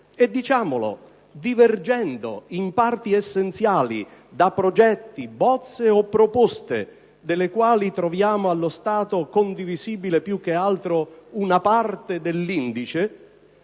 documento e divergendo in parti essenziali da progetti, bozze o proposte, delle quali troviamo allo stato condivisibile, più che altro, una parte dell'indice,